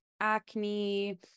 acne